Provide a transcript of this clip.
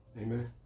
Amen